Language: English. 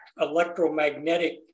electromagnetic